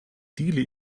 dili